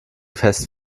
fest